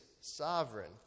sovereign